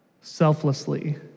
selflessly